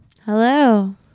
Hello